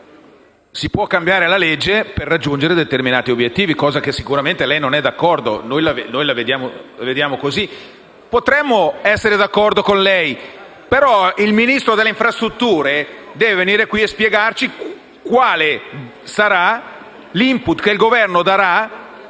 si può cambiare la legge per raggiungere determinati obiettivi, cosa su cui sicuramente lei non è d'accordo. Ma noi la vediamo così. Potremmo essere d'accordo con lei, ma il Ministro delle infrastrutture e dei trasporti deve venire in questa sede e spiegarci quale sarà l'*input* che il Governo darà